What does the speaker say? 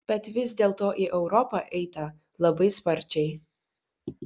bet vis dėlto į europą eita labai sparčiai